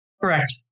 Correct